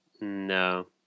No